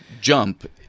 jump